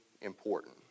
important